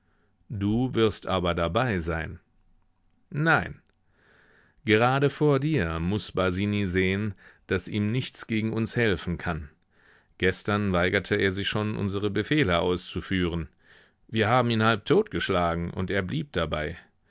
du wirst aber dabei sein nein gerade vor dir muß basini sehen daß ihm nichts gegen uns helfen kann gestern weigerte er sich schon unsere befehle auszuführen wir haben ihn halbtot geschlagen und er blieb dabei